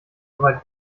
soweit